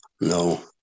No